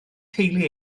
teulu